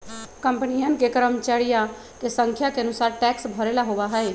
कंपनियन के कर्मचरिया के संख्या के अनुसार टैक्स भरे ला होबा हई